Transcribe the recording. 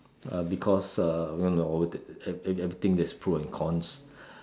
uh because uh ev~ everything thing there's pro and cons